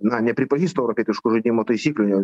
na nepripažįsta europietiškų žaidimo taisyklių